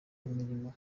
imirimo